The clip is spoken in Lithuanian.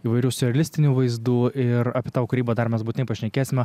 įvairių siurrealistinių vaizdų ir apie tavo kūrybą dar mes būtinai pašnekėsime